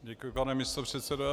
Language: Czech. Děkuji, pane místopředsedo.